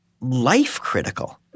life-critical